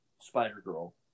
Spider-Girl